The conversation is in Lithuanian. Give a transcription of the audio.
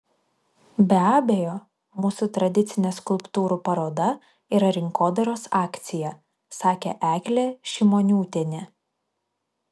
be abejo mūsų tradicinė skulptūrų paroda yra rinkodaros akcija sakė eglė šimoniūtienė